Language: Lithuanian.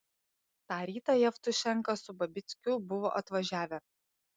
tą rytą jevtušenka su babickiu buvo atvažiavę